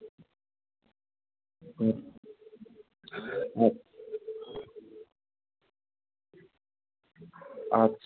আচ্ছা